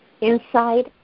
inside